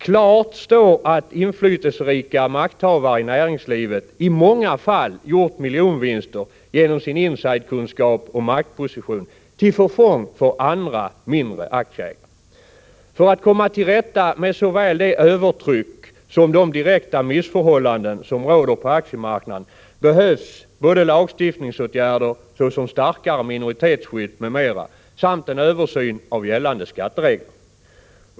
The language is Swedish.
Det står klart att inflytelserika makthavare i näringslivet i många fall gjort miljonvinster genom sin insiderkunskap och maktposition, till förfång för andra mindre aktieägare. För att komma till rätta med såväl det övertryck som de direkta missförhållanden som råder på aktiemarknaden behövs både lagstiftningsåtgärder — t.ex. ett starkare minoritetsskydd — och en översyn av gällande skatteregler.